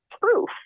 proof